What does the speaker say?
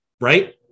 Right